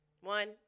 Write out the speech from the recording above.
One